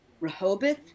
Rehoboth